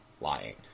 lying